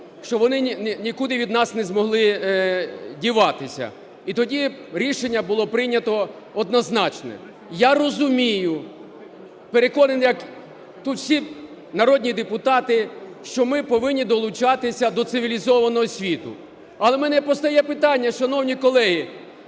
щоб вони нікуди від нас не змогли діватися. І тоді рішення було б прийнято однозначне. Я розумію, переконаний, як тут всі народні депутати, що ми повинні долучатися до цивілізованого світу. Але в мене постає питання, шановні колеги,